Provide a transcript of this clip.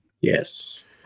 Yes